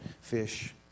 fish